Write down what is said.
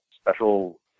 special